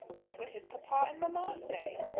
what would his papa and mamma say?